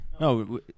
No